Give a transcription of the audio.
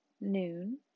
noon